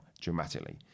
dramatically